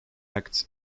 acts